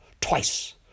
twice